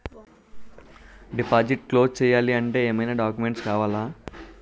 Deposit close చేయాలి అంటే ఏమైనా డాక్యుమెంట్స్ కావాలా?